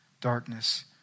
darkness